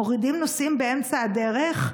מורידים נוסעים באמצע הדרך,